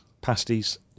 pasties